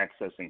accessing